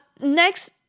next